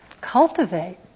cultivate